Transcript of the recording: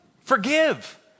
forgive